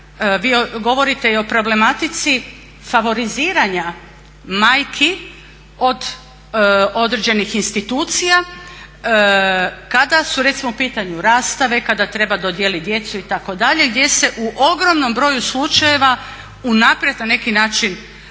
Vi govorite i o problematici favoriziranja majki od određenih institucija kada su recimo u pitanju rastave, kada treba dodijelit djecu itd., gdje se u ogromnom broju slučajeva unaprijed na neki način